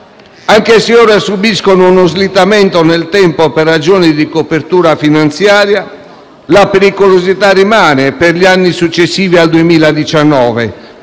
Anche se ora subiscono uno slittamento nel tempo per ragioni di copertura finanziaria, la pericolosità rimane per gli anni successivi al 2019,